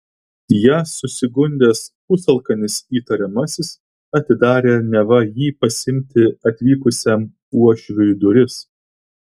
ja susigundęs pusalkanis įtariamasis atidarė neva jį pasiimti atvykusiam uošviui duris